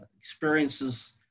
experiences